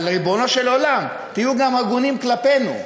אבל, ריבונו של עולם, תהיו גם הגונים כלפינו.